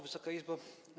Wysoka Izbo!